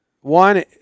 one